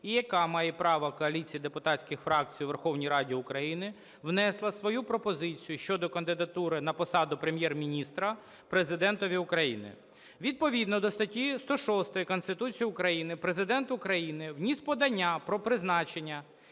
і яка має права коаліції депутатських фракцій у Верховній Раді України, внесла свою пропозицію щодо кандидатури на посаду Прем'єр-міністра Президентові України. Відповідно до статті 106 Конституції України Президент України вніс подання про призначення